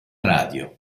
radio